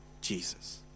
Jesus